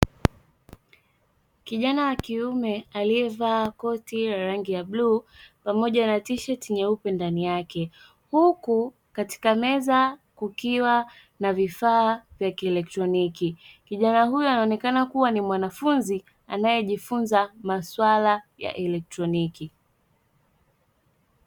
Kijana wa kiume aliyevaa koti la rangi ya bluu pamoja na tisheti nyeupe ndani yake, huku katika meza kukiwa na vifaa vya kielektroniki. Kijana huyo anaonekana kuwa ni mwanafunzi anayejifunza maswala ya elektroniki.